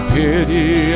pity